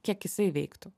kiek jisai veiktų